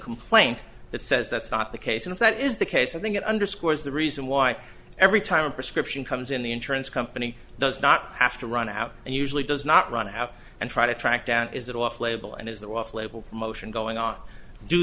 complaint that says that's not the case and if that is the case i think it underscores the reason why every time a prescription comes in the insurance company does not have to run out and usually does not run out and try to track down is it off label and is the off label promotion going on do